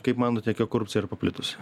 kaip manote kiek korupcija yra paplitusi